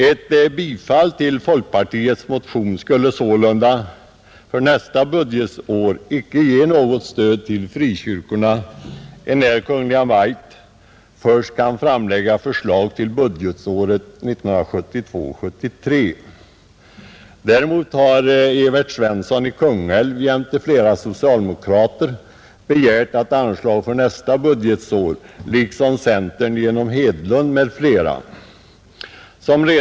Ett bifall till folkpartiets motion skulle sålunda för nästa budgetår inte innebära något stöd till de fria kyrkorna, enär Kungl. Maj:t först kan framlägga förslag för budgetåret 1972/73. Däremot har Evert Svensson i Kungälv jämte flera socialdemokrater liksom centern genom herr Hedlund m, fl. begärt att anslag skall utgå för nästa budgetår.